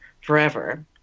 forever